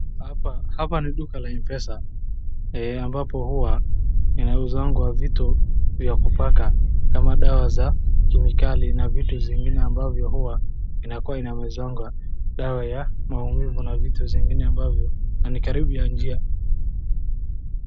Hapa ni duka la Mpesa ambapo huwa inauzangwa vitu vya kupaka kama dawa za kemiikali na vitu zingine ambavyo huwa inakuwa inawezanga dawa ya maumivu na vitu zingine ambavyo na ni karibu ya njia.